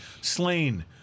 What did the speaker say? Slain